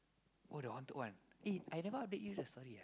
oh the haunted one eh I never update you the story ah